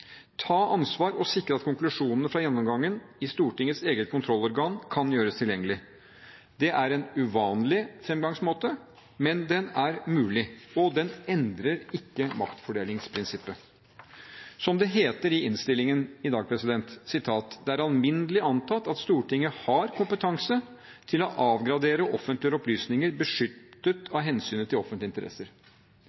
ta ansvar og sikre at konklusjonene fra gjennomgangen i Stortingets eget kontrollorgan kan gjøres tilgjengelig. Det er en uvanlig fremgangsmåte, men den er mulig, og den endrer ikke maktfordelingsprinsippet. Som det heter i innstillingen i dag, har det «vært alminnelig antatt at Stortinget har kompetanse til å avgradere og offentliggjøre opplysninger beskyttet